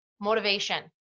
motivation